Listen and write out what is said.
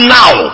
now